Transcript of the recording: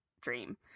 dream